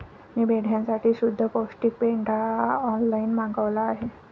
मी मेंढ्यांसाठी शुद्ध पौष्टिक पेंढा ऑनलाईन मागवला आहे